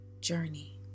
journey